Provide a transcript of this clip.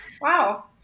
wow